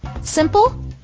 simple